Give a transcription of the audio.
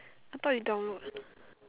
I thought you download